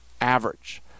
average